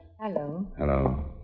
Hello